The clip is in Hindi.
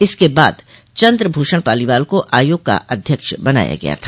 इसके बाद चन्द्रभूषण पालीवाल को आयोग का अध्यक्ष बनाया गया था